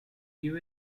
give